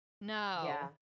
no